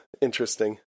interesting